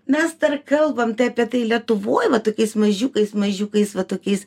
mes kalbam tai apie tai lietuvoj va tokiais mažiukais mažiukais va tokiais